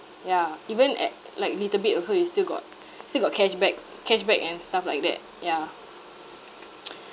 ya even at like little bit also you still got still got cash back cash back and stuff like that yeah